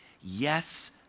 Yes